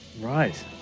Right